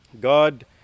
God